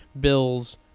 bills